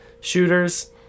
shooters